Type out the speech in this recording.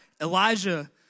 Elijah